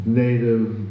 native